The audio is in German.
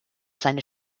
seine